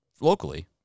locally